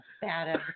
bad